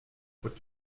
what